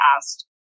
asked